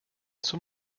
zum